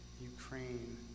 Ukraine